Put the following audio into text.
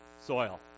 Soil